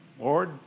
Lord